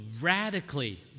radically